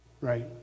right